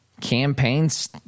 campaigns